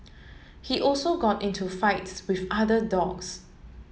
he also got into fights with other dogs